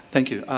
thank you.